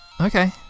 Okay